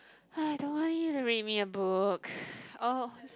I don't want eat read me a book oh